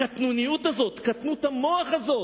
הקטנוניות הזאת, קטנות המוח הזאת.